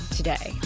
today